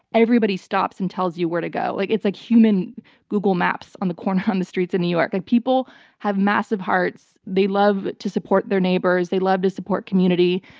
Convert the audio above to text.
everybody stops and tells you where to go. like it's like human google maps on the corner on the streets in new york. like people have massive hearts. they love to support their neighbors, they love to support community.